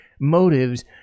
motives